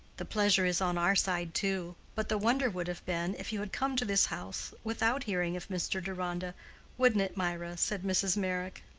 the pleasure is on our side too but the wonder would have been, if you had come to this house without hearing of mr. deronda wouldn't it, mirah? said mrs. meyrick.